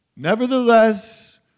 Nevertheless